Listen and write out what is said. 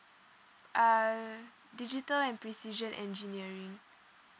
uh digital and precision engineering